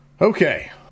okay